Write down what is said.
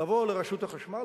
לבוא לרשות החשמל,